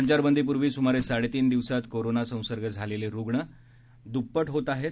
संचारबंदीपूर्वी सुमारे साडेतीन दिवसात कोरोना संसर्ग झालेले रुण दृप्पट होत होते